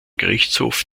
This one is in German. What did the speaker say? gerichtshof